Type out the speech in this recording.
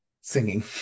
singing